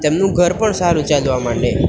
તેમનું ઘર પણ સારું ચાલવા માંડે